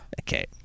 Okay